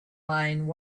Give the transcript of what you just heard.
line